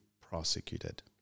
prosecuted